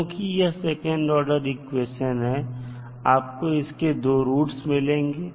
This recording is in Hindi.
क्योंकि यह सेकंड ऑर्डर इक्वेशन है आपको इसके दो रूट्स मिलेंगे